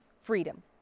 freedom